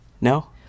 No